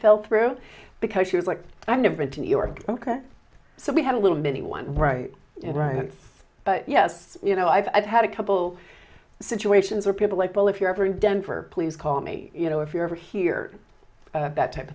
fell through because she was like i've been to new york ok so we had a little mini one right right but yes you know i've had a couple situations where people like well if you're ever in denver please call me you know if you ever hear that type